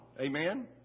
amen